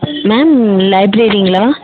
ma'am லைப்ரரிங்ளா